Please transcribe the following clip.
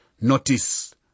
Notice